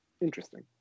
Interesting